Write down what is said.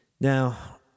Now